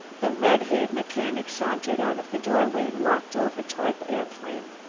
the red-haired mechanic sauntered out of the doorway and walked over toward the aeroplane.